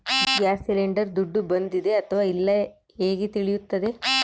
Gas cylinder ದುಡ್ಡು ಬಂದಿದೆ ಅಥವಾ ಇಲ್ಲ ಹೇಗೆ ತಿಳಿಯುತ್ತದೆ?